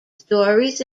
stories